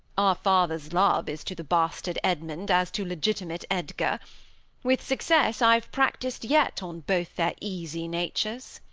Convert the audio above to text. our father's love is to the bastard edmund as to legitimate edgar with success i've practis'd yet on both their easy natures